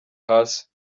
hasi